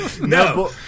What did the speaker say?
No